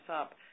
up